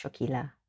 Chokila